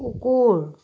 কুকুৰ